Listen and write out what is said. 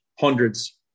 hundreds